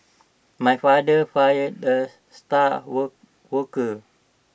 my father fired the star work worker